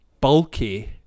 bulky